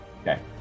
Okay